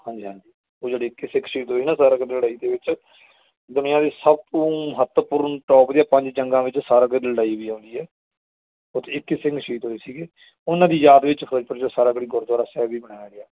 ਹਾਂਜੀ ਹਾਂਜੀ ਉਹ ਜਿਹੜੇ ਇੱਕੀ ਸਿੱਖ ਸ਼ਹੀਦ ਹੋਏ ਨਾ ਸਾਰਾਗੜ੍ਹੀ ਲੜਾਈ ਦੇ ਵਿੱਚ ਦੁਨੀਆਂ ਦੀ ਸਭ ਤੋਂ ਮਹੱਤਵਪੂਰਨ ਟੋਪ ਦੀਆਂ ਪੰਜ ਜੰਗਾਂ ਵਿੱਚ ਸਾਰਾਗੜ੍ਹੀ ਲੜਾਈ ਵੀ ਆਉਂਦੀ ਹੈ ਉੱਥੇ ਇੱਕੀ ਸਿੰਘ ਸ਼ਹੀਦ ਹੋਏ ਸੀਗੇ ਉਹਨਾਂ ਦੀ ਯਾਦ ਵਿੱਚ ਫਿਰੋਜ਼ਪੁਰ 'ਚ ਸਾਰਾਗੜ੍ਹੀ ਗੁਰਦੁਆਰਾ ਸਾਹਿਬ ਵੀ ਬਣਾਇਆ ਗਿਆ